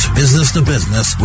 business-to-business